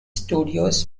studios